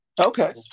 Okay